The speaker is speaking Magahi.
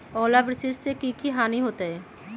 ओलावृष्टि से की की हानि होतै?